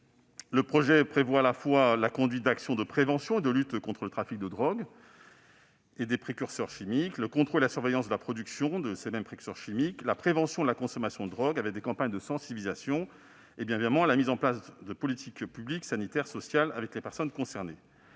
de loi prévoit à la fois la conduite d'actions de prévention et de lutte contre le trafic de drogue et de précurseurs chimiques, le contrôle et la surveillance de la production de ces précurseurs, la prévention de la consommation de drogue grâce à des campagnes de sensibilisation et la mise en place de politiques publiques, sanitaires et sociales auprès des personnes concernées.